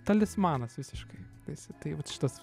talismanas visiškai eisi tai vat šitas